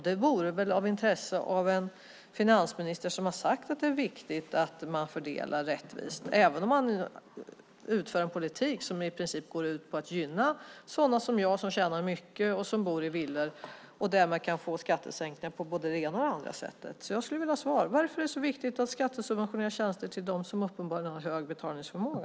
Det vore väl av intresse för en finansminister, som sagt att det är viktigt att fördela rättvist, att veta hur det förhåller sig - även om man för en politik som i princip går ut på att gynna sådana som jag som tjänar mycket, bor i villa och därmed kan få skattesänkningar på både det ena det och andra sättet. Jag skulle vilja ha svar på frågan varför det är så viktigt att skattesubventionera tjänster för dem som uppenbarligen har god betalningsförmåga.